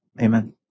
Amen